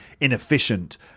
inefficient